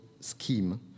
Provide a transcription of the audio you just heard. scheme